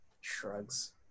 Shrugs